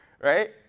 right